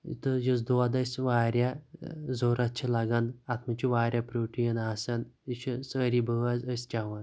تہٕ یُس دۄد أسۍ چھِ واریاہ ضرورَت چھِ لگان اَتھ منٛز چھِ واریاہ پروٹیٖن آسان یہِ چھِ سٲرِی بٲژ أسۍ چیٚوان